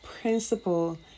principle